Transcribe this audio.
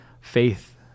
Faith